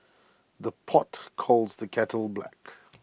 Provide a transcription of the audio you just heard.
the pot calls the kettle black